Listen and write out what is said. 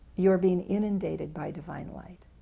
you are being inundated by divine light.